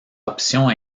option